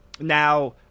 Now